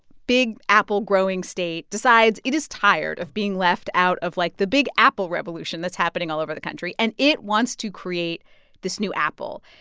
big apple growing state, decides it is tired of being left out of, like, the big apple revolution that's happening all over the country and it wants to create this new apple.